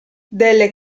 delle